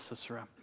Sisera